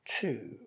two